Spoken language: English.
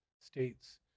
states